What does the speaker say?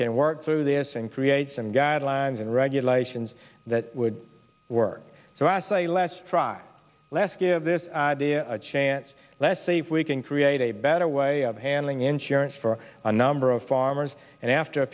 can work through this and create some guidelines and regulations that would work so i say let's try let's give this idea a chance let's see if we can create a better way of handling insurance for a number of farmers and after a